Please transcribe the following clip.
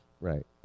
Right